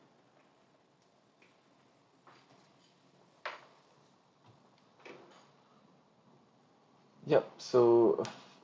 yup so uh